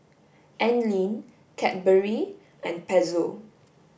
Anlene Cadbury and Pezzo